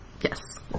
Yes